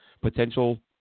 potential